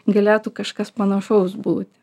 galėtų kažkas panašaus būt